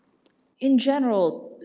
in general